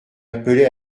appelait